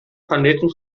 planeten